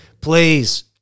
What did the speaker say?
please –